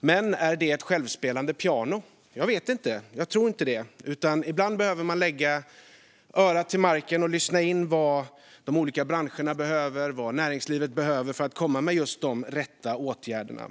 Men är det ett självspelande piano? Jag vet inte. Jag tror inte det. Ibland behöver man lägga örat till marken och lyssna in vad de olika branscherna och näringslivet behöver för att vidta de rätta åtgärderna.